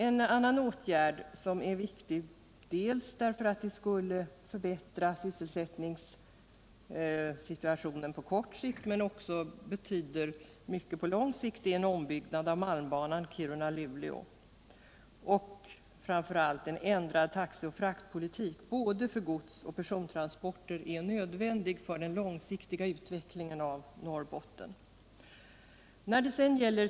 En annan åtgärd som är viktig, därför att den dels skulle förbättra sysselsättningssituationen på kort sikt, dels betyder mycket på lång sikt, är en ombyggnad av malmbanan Kiruna-Luleå. Framför allt är en ändrad taxepolitik för både gods och persontransporter nödvändig för den långsiktiga utvecklingen i Norrbotten.